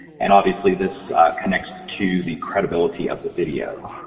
and obviously this connects to the credibility of the video.